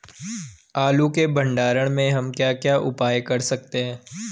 आलू के भंडारण में हम क्या क्या उपाय कर सकते हैं?